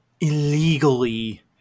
illegally